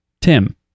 tim